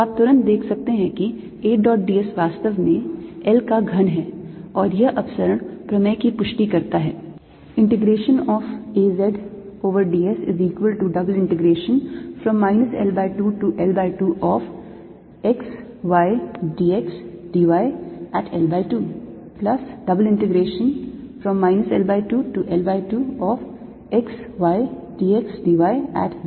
तो आप तुरंत देख सकते हैं कि A dot d s वास्तव में l का घन है और यह अपसरण प्रमेय की पुष्टि करता है